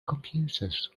computers